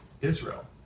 Israel